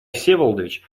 всеволодович